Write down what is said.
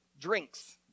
drinks